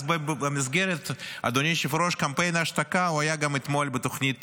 אז במסגרת קמפיין ההשתקה הוא היה אתמול גם בתוכנית